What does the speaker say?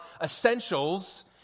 essentials